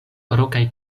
rokaj